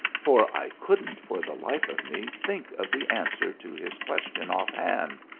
for i couldn't for the life of me think of the answer to his question offhand,